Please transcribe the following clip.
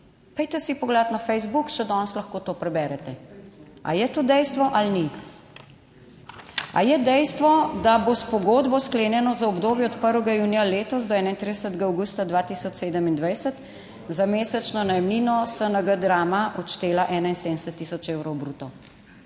Pojdite si pogledati na Facebook, še danes lahko to preberete, ali je to dejstvo ali ni. Ali je dejstvo, da bo s pogodbo sklenjeno za obdobje od 1. junija letos do 31. avgusta 2027, za mesečno najemnino SNG Drama odštela 71 tisoč evrov bruto?